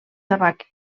tabac